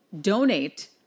donate